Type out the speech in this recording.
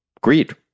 greed